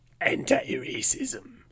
Anti-racism